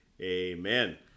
Amen